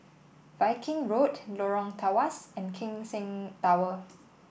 Viking Road Lorong Tawas and Keck Seng Tower